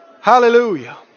Hallelujah